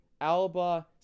Alba